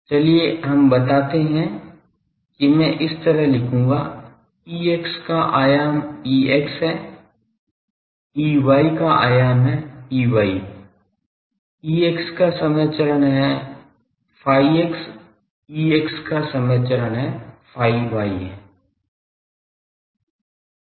चलिए हम भी बताते हैं कि मैं इस तरह लिखूंगा Ex का आयाम Ex है Ey का आयाम है Ey Ex का समय चरण है phi x Ex का समय चरण है phi y है